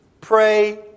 pray